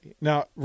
Now